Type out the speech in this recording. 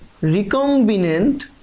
recombinant